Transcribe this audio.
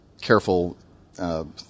careful